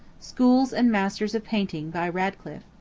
schools and masters of painting by radcliffe.